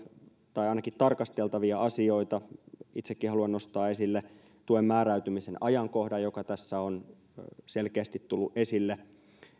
tai ainakin tarkasteltavia asioita itsekin haluan nostaa esille tuen määräytymisen ajankohdan joka tässä on selkeästi tullut esille